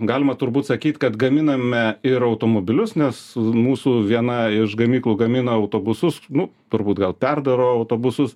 galima turbūt sakyt kad gaminame ir automobilius nes mūsų viena iš gamyklų gamina autobusus nu turbūt gal perdaro autobusus